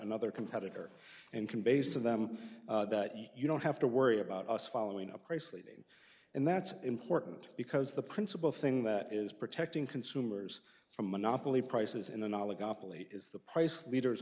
another competitor and can base of them that you don't have to worry about us following up price leading and that's important because the principal thing that is protecting consumers from monopoly prices in an oligopoly is the price leaders